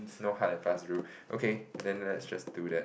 no hard and fast rule okay then let's just do that